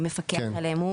מי מפקח עליהם.